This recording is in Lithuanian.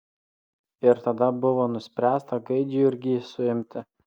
ir tada buvo nuspręsta gaidjurgį suimti